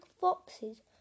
foxes